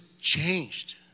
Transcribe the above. changed